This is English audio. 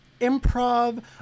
improv